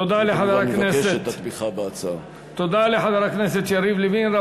תודה לחבר הכנסת, אני כמובן מבקש את התמיכה בהצעה.